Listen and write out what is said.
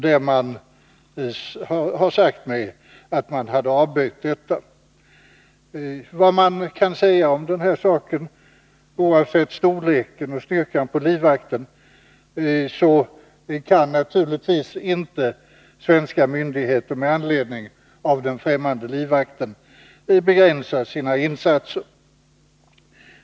Det har sagts mig att den begäran hade avböjts. Oavsett storleken och styrkan på en sådan livvakt kan naturligtvis inte svenska myndigheter med anledning av den främmande livvakten begränsa sina insatser.